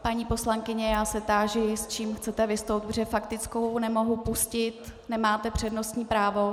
Paní poslankyně, já se táži, s čím chcete vystoupit, protože faktickou nemohu pustit, nemáte přednostní právo.